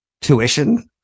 Tuition